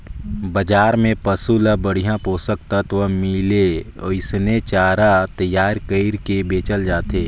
बजार में पसु ल बड़िहा पोषक तत्व मिले ओइसने चारा तईयार कइर के बेचल जाथे